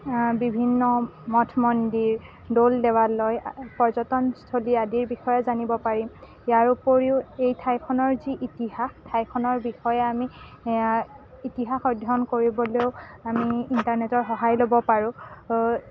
বিভিন্ন মঠ মন্দিৰ দৌল দেৱালয় পৰ্যটনস্থলী আদিৰ বিষয়ে জানিব পাৰি ইয়াৰ উপৰিও এই ঠাইখনৰ যি ইতিহাস ঠাইখনৰ বিষয়ে আমি এয়া ইতিহাস অধ্যয়ন কৰিবলৈও আমি ইণ্টাৰনেটৰ সহায় ল'ব পাৰোঁ